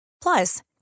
Plus